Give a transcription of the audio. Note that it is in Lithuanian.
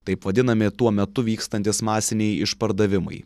taip vadinami tuo metu vykstantys masiniai išpardavimai